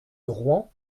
rouen